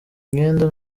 myenda